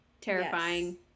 Terrifying